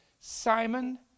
Simon